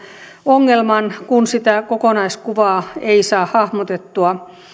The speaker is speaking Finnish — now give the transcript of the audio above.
ongelman kun sitä kokonaiskuvaa ei saa hahmotettua